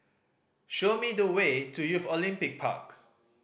show me the way to Youth Olympic Park